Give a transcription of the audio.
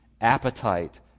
appetite